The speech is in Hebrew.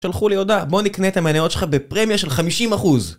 שלחו לי הודעה, בוא נקנה את המעניינות שלך בפרמיה של 50%